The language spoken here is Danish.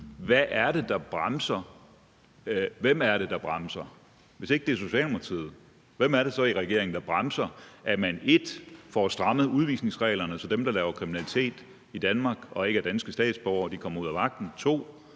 hvad det er, der bremser det, hvem det er, der bremser det? Hvis ikke det er Socialdemokratiet, hvem er det så i regeringen, der bremser, at man 1) får strammet udvisningsreglerne, så dem, der laver kriminalitet i Danmark og ikke er danske statsborgere, kommer ud af vagten, 2)